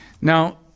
now